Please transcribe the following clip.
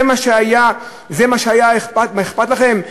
זה מה שהיה אכפת לכם?